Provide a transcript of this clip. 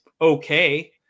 okay